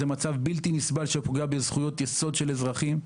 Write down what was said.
זה מצב בלתי נסבל שפוגע בזכויות יסוד של אזרחים.